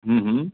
હા હા